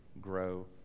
grow